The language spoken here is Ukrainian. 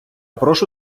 прошу